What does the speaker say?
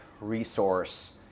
resource